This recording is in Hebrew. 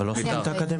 ממש לא סוגרים.